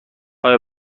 آیا